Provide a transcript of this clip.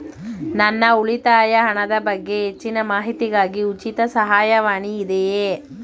ನನ್ನ ಉಳಿತಾಯ ಹಣದ ಬಗ್ಗೆ ಹೆಚ್ಚಿನ ಮಾಹಿತಿಗಾಗಿ ಉಚಿತ ಸಹಾಯವಾಣಿ ಇದೆಯೇ?